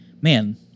man